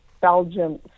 Belgium